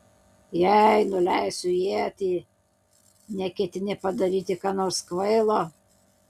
jei nuleisiu ietį neketini padaryti ką nors kvailo